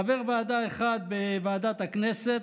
חבר ועדה אחד בוועדת הכנסת,